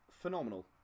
Phenomenal